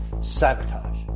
Sabotage